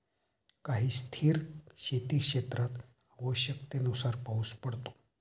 काही स्थिर शेतीक्षेत्रात आवश्यकतेनुसार पाऊस पडतो